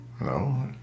No